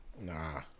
Nah